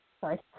Sorry